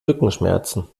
rückenschmerzen